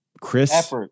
Chris